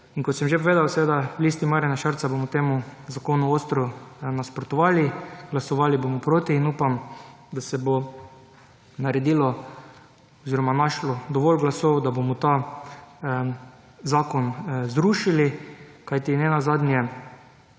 In kot sem že povedal, v LMŠ bomo temu zakonu ostro nasprotovali, glasovali bomo proti in upam, da se bo naredilo oziroma našlo dovolj glasov, da bomo ta zakon zrušili, kajti nenazadnje